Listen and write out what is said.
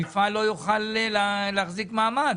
המפעל לא יוכל להחזיק מעמד.